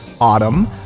Autumn